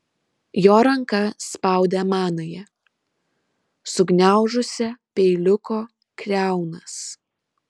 jo ranka spaudė manąją sugniaužusią peiliuko kriaunas